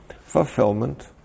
fulfillment